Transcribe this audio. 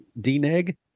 DNEG